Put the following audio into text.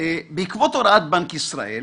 בעקבות הוראת בנק ישראל